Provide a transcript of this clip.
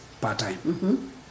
part-time